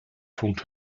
punkt